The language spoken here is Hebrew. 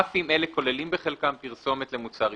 אף אם אלה כוללים בחלקם פרסומת למוצר עישון,